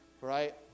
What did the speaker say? right